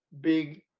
big